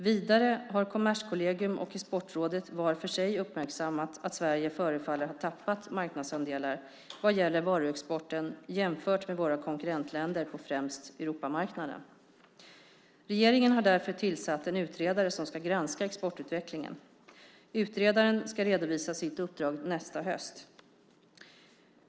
Vidare har Kommerskollegium och Exportrådet var för sig uppmärksammat att Sverige förefaller ha tappat marknadsandelar vad gäller varuexporten jämfört med våra konkurrentländer på främst Europamarknaden. Regeringen har därför tillsatt en utredare som ska granska exportutvecklingen. Utredaren ska redovisa sitt uppdrag nästa höst.